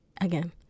again